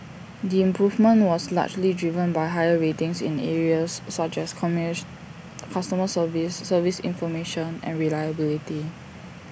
the improvement was largely driven by higher ratings in areas such as customer service service information and reliability